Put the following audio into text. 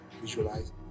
visualize